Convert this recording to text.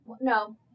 No